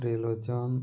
Trilochan